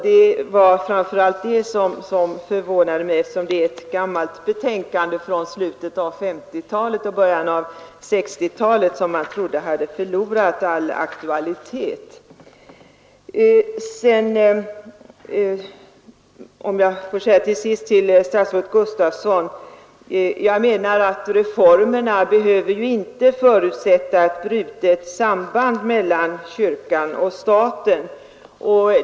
Det var framför allt det som förvånade mig, eftersom det är ett gammalt betänkande från slutet av 1950-talet och början av 1960-talet och som man trodde hade förlorat all aktualitet. Till sist vill jag säga till statsrådet Gustafsson att reformerna enligt min mening inte behöver förutsätta en brytning av sambandet mellan kyrkan och staten.